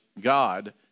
God